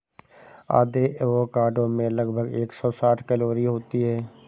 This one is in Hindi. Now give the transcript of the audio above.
आधे एवोकाडो में लगभग एक सौ साठ कैलोरी होती है